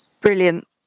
Brilliant